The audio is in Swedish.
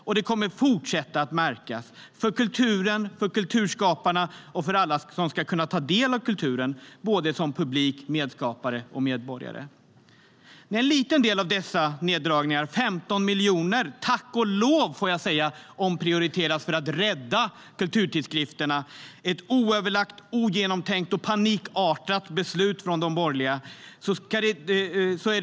Och det kommer att fortsätta att märkas - för kulturen, för kulturskaparna och för alla som ska kunna ta del av kulturen, som publik, medskapare och medborgare. En liten del av dessa neddragningar, 15 miljoner kronor, omprioriteras - tack och lov, får jag säga - för att rädda kulturtidskrifterna. Det var ett oöverlagt, ogenomtänkt och panikartat beslut från de borgerliga partierna.